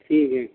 ٹھیک ہے